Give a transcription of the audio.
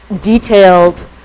detailed